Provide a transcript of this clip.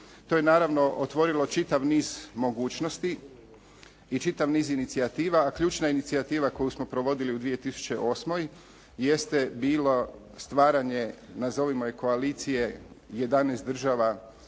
To je naravno otvorilo čitav niz mogućnosti i čitav niz inicijativa a ključna inicijativa koju smo provodili u 2008. jeste bila stvaranje nazovimo je koalicije 11 država